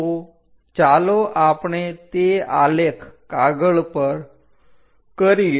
તો ચાલો આપણે તે આલેખ કાગળ પર કરીએ